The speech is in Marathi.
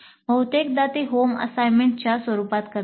बहुतेकदा ते होम असाइनमेंटच्या स्वरूपात करतात